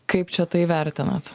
kaip čia tai vertinat